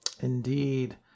Indeed